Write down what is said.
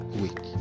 week